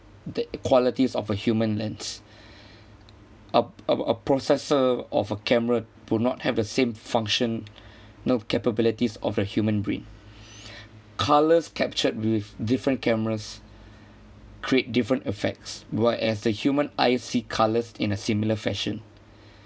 the equalities of a human lens a a a processor of a camera would not have a same function nor capabilities of a human brain colours captured with different cameras create different effects while as the human eye see colours in a similar fashion